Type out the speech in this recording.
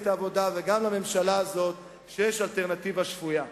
העבודה וגם לממשלה הזאת שיש אלטרנטיבה שפויה.